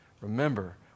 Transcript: Remember